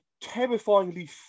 terrifyingly